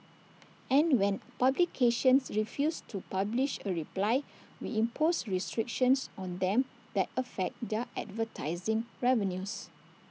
and when publications refuse to publish A reply we impose restrictions on them that affect their advertising revenues